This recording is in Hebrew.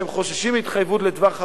מכיוון שהם חוששים מהתחייבות לטווח ארוך,